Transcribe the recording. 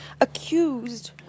accused